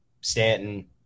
Stanton